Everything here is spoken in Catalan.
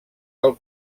del